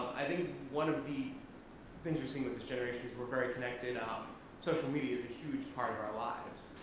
i think one of the things you're seeing with this generation is we're very connected, um social media's a huge part of our lives.